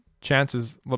chances